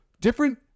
different